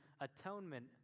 atonement